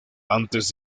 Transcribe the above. antes